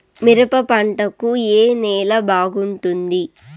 మిరప పంట కు ఏ నేల బాగుంటుంది?